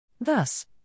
Thus